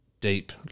deep